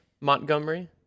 Montgomery